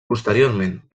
posteriorment